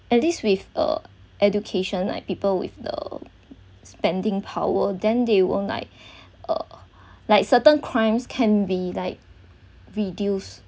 at least with uh education like people with the spending power then they will like uh like certain crimes can be like reduced